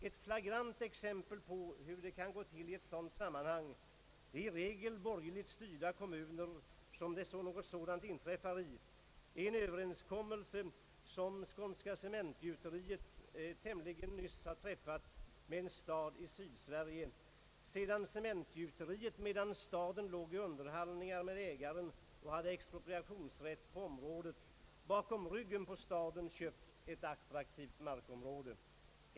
Ett flagrant exempel på hur det kan gå till i ett sådant sammanhang — det är i regel borgerligt styrda kommuner där något sådant inträffar — är en överenskommelse som Skånska cementgjuteriet nyligen träffat med en stad i Sydsverige sedan Cementgjuteriet medan staden låg i underhandlingar med ägaren och hade expropriationsrätt på området, bakom ryggen på staden köpt ett attraktivt markområde.